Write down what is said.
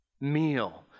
meal